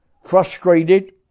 frustrated